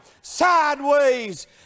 sideways